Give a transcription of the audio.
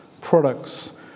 products